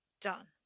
done